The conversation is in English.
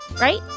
right